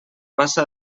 passa